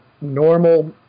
normal